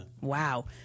Wow